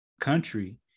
country